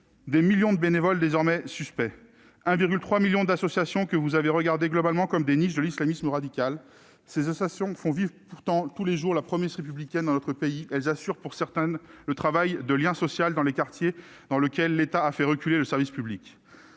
Des millions de bénévoles sont désormais suspects. Ce sont 1,3 million d'associations que vous avez regardées globalement comme des niches de l'islamisme radical. Ces associations font pourtant vivre tous les jours la promesse républicaine dans notre pays ! Certaines assurent le travail de lien social dans les quartiers où l'État a fait reculer les services publics.